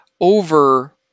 over